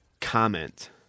comment